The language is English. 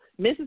Mrs